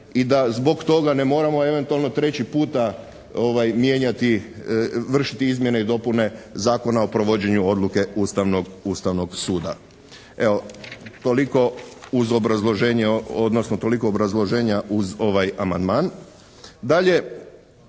i da zbog toga ne moramo eventualno treći puta mijenjati, vršiti izmjene i dopune Zakona o provođenju odluke Ustavnog suda. Evo, toliko, uz obrazloženje, odnosno